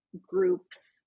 groups